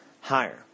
higher